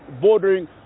bordering